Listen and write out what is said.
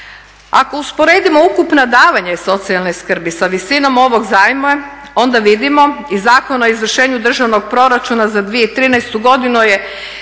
Ako usporedimo ukupna davanja socijalne skrbi sa visinom ovog zajma onda vidimo i Zakon o izvršenju državnog proračuna za 2013. godinu